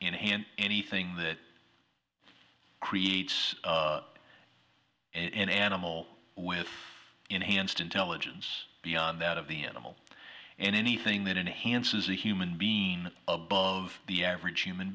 in hand anything that creates an animal with enhanced intelligence beyond that of the animal and anything that enhances the human being above the average human